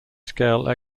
scale